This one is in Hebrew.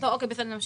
אוקיי, בסדר, נמשיך.